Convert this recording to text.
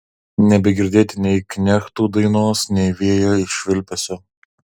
nebegirdėt nei knechtų dainos nei vėjo švilpesio